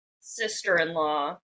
sister-in-law